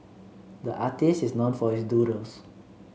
the artist is known for his doodles